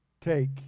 Take